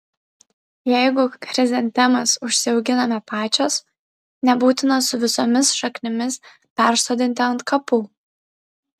jeigu chrizantemas užsiauginame pačios nebūtina su visomis šaknimis persodinti ant kapų